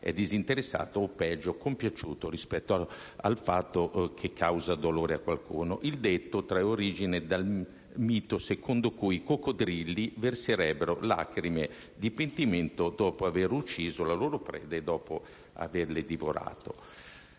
è disinteressato o peggio, compiaciuto, rispetto al fatto che causa dolore a qualcuno. Il detto trae origine dal mito secondo cui i coccodrilli verserebbero lacrime di pentimento dopo aver ucciso le loro prede e averle divorate.